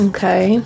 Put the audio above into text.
Okay